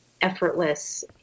effortless